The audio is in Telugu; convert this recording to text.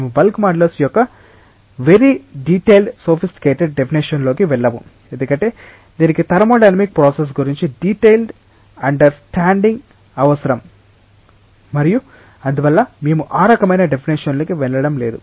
మేము బల్క్ మాడ్యులస్ యొక్క వెరీ డిటైల్డ్ సోఫిస్టికెటెడ్ డెఫినెషన్ లోకి వెళ్ళము ఎందుకంటే దీనికి థర్మోడైనమిక్ ప్రాసెస్ గురించి డిటైల్డ్ అండర్ స్టాండింగ్ అవసరం మరియు అందువల్ల మేము ఆ రకమైన డెఫినేషన్ లోకి వెళ్ళడం లేదు